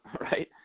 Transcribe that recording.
right